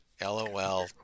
LOL